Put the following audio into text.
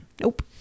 Nope